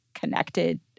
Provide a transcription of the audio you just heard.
connected